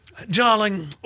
Darling